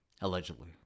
Allegedly